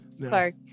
Clark